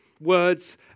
words